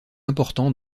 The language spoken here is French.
important